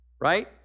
right